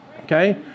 okay